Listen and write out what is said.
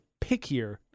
pickier